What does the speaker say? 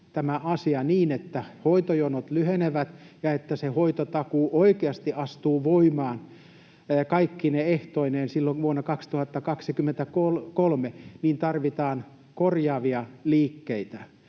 tämän asian niin, että hoitojonot lyhenevät ja että se hoitotakuu oikeasti astuu voimaan kaikkine ehtoineen silloin vuonna 2023, niin tarvitaan korjaavia liikkeitä,